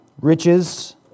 Riches